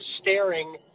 staring